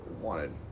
wanted